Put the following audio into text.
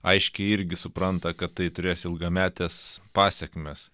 aiškiai irgi supranta kad tai turės ilgametes pasekmes